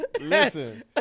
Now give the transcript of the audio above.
Listen